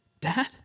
Dad